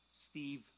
Steve